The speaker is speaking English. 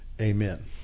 Amen